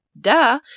Duh